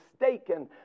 mistaken